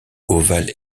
ovales